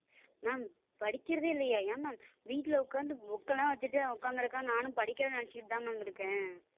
ma'am படிக்கிறதே இல்லையா ஏன் மேம் வீட்டில் உட்காந்து புக்கலாம் வச்சிட்டு அவன் உட்காந்துருக்கான் நானும் படிக்கிறான்னு நினச்சிட்தான் மேம் இருக்கேன்